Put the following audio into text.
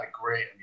great